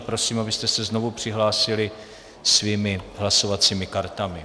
Prosím, abyste se znovu přihlásili svými hlasovacími kartami.